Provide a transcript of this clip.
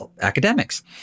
academics